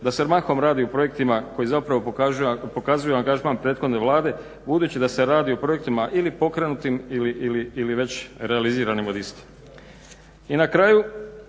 da se mahom radi o projektima koji zapravo pokazuju angažman prethodne Vlade budući da se radi o projektima ili pokrenutim ili već realiziranim od istih. I na kraju